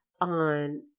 on